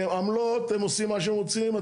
עמלות הם עושים מה שהם רוצים,